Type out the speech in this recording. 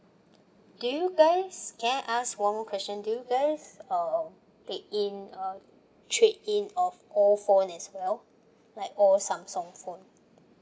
do you guys can I ask one more question do you guys uh take in uh trade in of all phone as well like all samsung phone